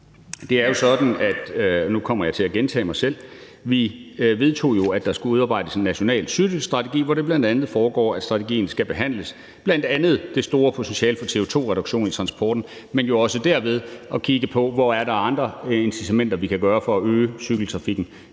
gentage mig selv – at vi vedtog, at der skulle udarbejdes en national cykelstrategi, hvor det bl.a. fremgår, at strategien skal behandle det store potentiale for CO2-reduktion på transporten, men jo også kigge på, hvor der er andre incitamenter i forhold til at øge cykeltrafikken.